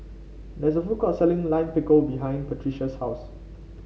there's a food court selling Lime Pickle behind Patricia's house